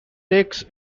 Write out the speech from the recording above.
takes